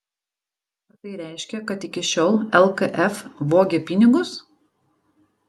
ar tai reiškia kad iki šiol lkf vogė pinigus